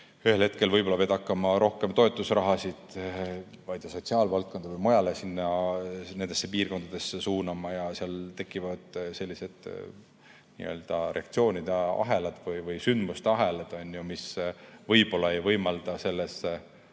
ühel hetkel pead võib-olla hakkama rohkem toetusrahasid sotsiaalvaldkonda või mujale nendes piirkondades suunama ja siis seal tekivad sellised reaktsioonide ahelad või sündmuste ahelad, mis võib-olla ei võimalda selles